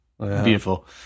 beautiful